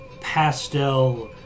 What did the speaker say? pastel